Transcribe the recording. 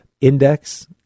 index